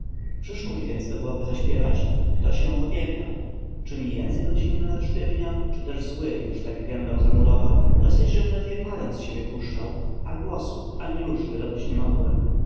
przyszło mi więc do głowy zaśpiewać kto się w opiekę czy mi język od zimna zesztywniał czy też zły już tak gębę zamurował dosyć żem ledwie parę z siebie puszczał a głosu ani rusz dobyć nie mogłem